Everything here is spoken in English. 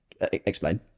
Explain